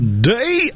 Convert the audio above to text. day